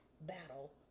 battle